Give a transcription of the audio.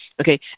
Okay